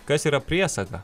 kas yra priesaga